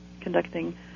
conducting